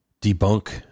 debunk